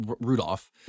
Rudolph